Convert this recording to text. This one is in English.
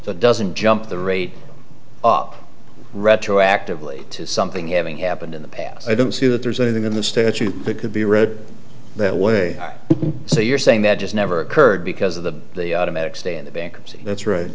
that doesn't jump the rate up retroactively to something having happened in the past i don't see that there's anything in the statute that could be read that way so you're saying that just never occurred because of the the automatic stay in the bankruptcy that's right